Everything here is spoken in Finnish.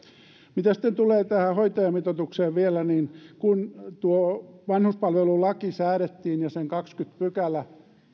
mitä sitten tulee tähän hoitajamitoitukseen vielä niin kun tuo vanhuspalvelulaki säädettiin ja sen kahdeskymmenes pykälä